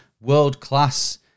world-class